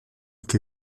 che